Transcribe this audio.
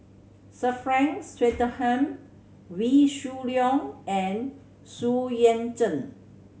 Sir Frank Swettenham Wee Shoo Leong and Xu Yuan Zhen